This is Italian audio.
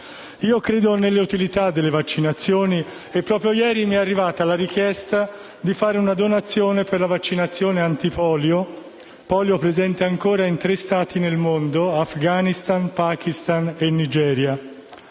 Io credo nell'utilità delle vaccinazioni, e proprio ieri mi è arrivata la richiesta di fare una donazione per la vaccinazione antipolio. La polio è presente ancora in tre Stati nel mondo: Afghanistan, Pakistan e Nigeria.